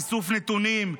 איסוף נתונים,